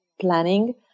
planning